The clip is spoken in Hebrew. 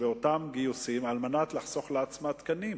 באותם גיוסים כדי לחסוך לעצמה תקנים